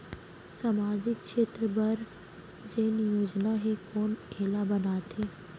सामाजिक क्षेत्र बर जेन योजना हे कोन एला बनाथे?